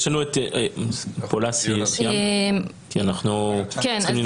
יש לי גם משפחה ברוסיה.